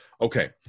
Okay